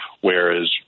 whereas